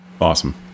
awesome